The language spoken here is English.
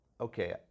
Okay